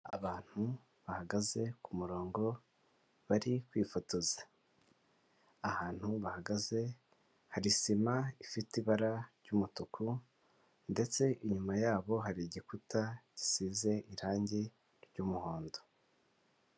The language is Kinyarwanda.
Abantu bahagaze ku murongo bari kwifotoza, ahantu bahagaze hari sima ifite ibara ry'umutuku ndetse inyuma yabo hari igikuta gisize irangi ry'umuhondo.